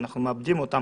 ואנחנו מאבדים אותם